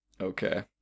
Okay